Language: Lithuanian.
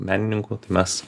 menininkų tai mes